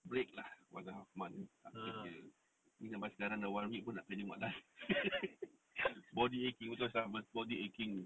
break lah one and a half month tak kerja ni sampai sekarang dah one week pun nak kerja malas body aching betul sia body aching